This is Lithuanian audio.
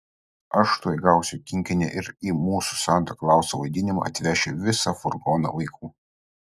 aš tuoj gausiu kinkinį ir į mūsų santa klauso vaidinimą atvešiu visą furgoną vaikų